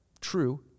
true